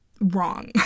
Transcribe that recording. Wrong